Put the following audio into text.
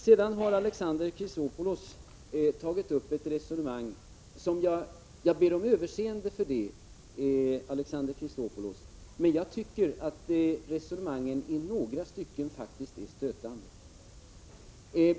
Sedan har Alexander Chrisopoulos tagit upp ett resonemang som — jag ber om överseende för det, Alexander Chrisopoulos — jag tycker i några stycken är stötande.